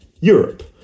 Europe